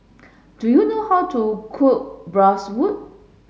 do you know how to cook Bratwurst